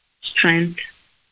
strength